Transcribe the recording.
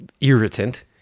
irritant